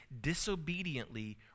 disobediently